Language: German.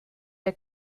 der